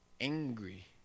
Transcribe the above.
Angry